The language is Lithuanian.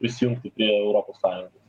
prisijungti prie europos sąjungos